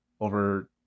over